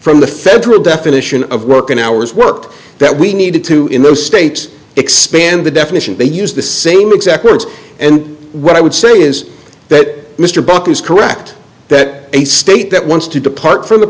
from the federal definition of working hours worked that we needed to in those states expand the definition they used the same exact words and what i would say is that mr buck is correct that a state that wants to depart from the